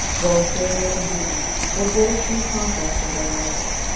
though inferior in beauty, was yet a pretty contrast to her rival.